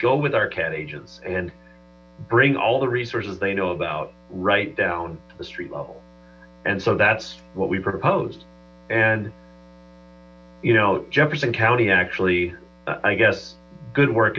go with our cat agents and bring all the resources they know about right down the street level and so that's what we proposed and you know jefferson county actually i guess good work